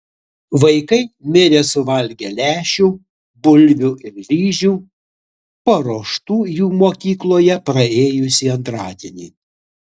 vaikai mirė suvalgę lęšių bulvių ir ryžių paruoštų jų mokykloje praėjusį antradienį